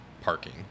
parking